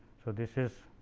so, this is